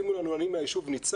הקימו לנו השנה אני מהיישוב ניצן,